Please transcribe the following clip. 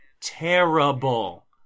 terrible